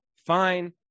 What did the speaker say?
fine